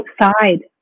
outside